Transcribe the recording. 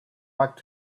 back